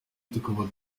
tukaba